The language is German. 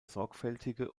sorgfältige